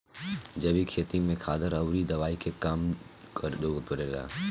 जैविक खेती में खादर अउरी दवाई के कम जरूरत पड़ेला